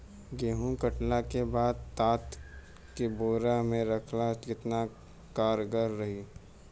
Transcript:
गेंहू कटला के बाद तात के बोरा मे राखल केतना कारगर रही?